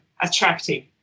attractive